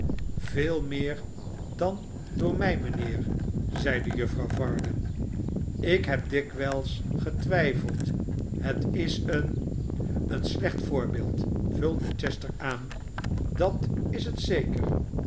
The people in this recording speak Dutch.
veel meer dan door mij mijnheer zeide juffrouw varden ik heb dikwijls getwijfeld het is een een slecht voorbeeld vulde chester aan dat is het zeker